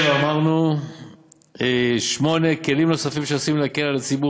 8. כלים נוספים שעשויים להקל על ציבור